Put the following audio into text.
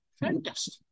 Fantastic